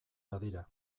badira